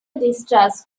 distrust